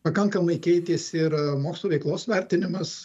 pakankamai keitėsi ir mokslų veiklos vertinimas